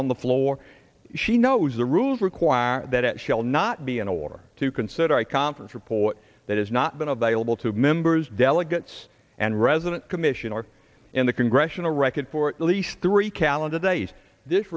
on the floor she knows the rules require that it shall not be in order to consider a conference report that has not been available to members delegates and resident commission or in the congressional record for at least three calendar days this